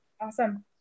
awesome